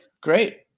Great